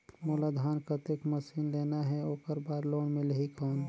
मोला धान कतेक मशीन लेना हे ओकर बार लोन मिलही कौन?